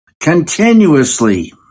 Continuously